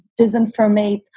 disinformate